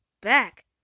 back